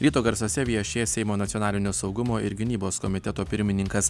ryto garsuose viešės seimo nacionalinio saugumo ir gynybos komiteto pirmininkas